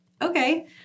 Okay